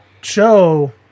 show